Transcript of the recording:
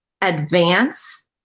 advance